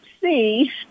see